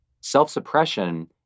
Self-suppression